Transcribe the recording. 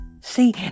See